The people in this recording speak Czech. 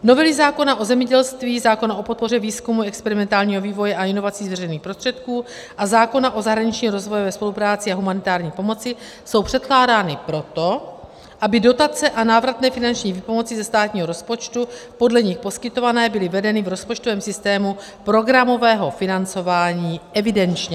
Novely zákona o zemědělství, zákona o podpoře výzkumu, experimentálního vývoje a inovací z veřejných prostředků a zákona o zahraniční rozvojové spolupráci a humanitární pomoci jsou předkládány proto, aby dotace a návratné finanční výpomoci ze státního rozpočtu podle nich poskytované byly vedeny v rozpočtovém systému programového financování evidenčně.